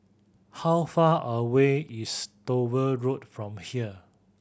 how far away is Dover Road from here